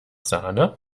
sahne